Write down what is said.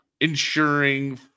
ensuring